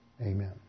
Amen